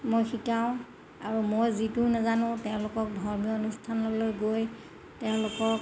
মই শিকাওঁ আৰু মই যিটো নেজানো তেওঁলোকক ধৰ্মীয় অনুষ্ঠানলৈ গৈ তেওঁলোকক